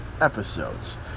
episodes